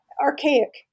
Archaic